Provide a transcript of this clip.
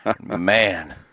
Man